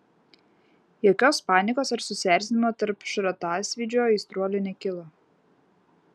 jokios panikos ar susierzinimo tarp šratasvydžio aistruolių nekilo